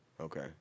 Okay